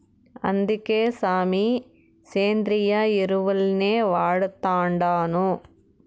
అందుకే సామీ, సేంద్రియ ఎరువుల్నే వాడతండాను